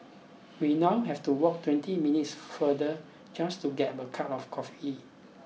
we now have to walk twenty minutes further just to get a cup of coffee